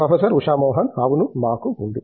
professor Usha Mohan అవును మాకు ఉంది